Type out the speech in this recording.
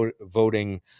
voting